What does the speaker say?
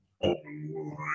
online